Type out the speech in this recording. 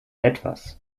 etwas